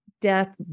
death